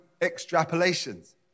extrapolations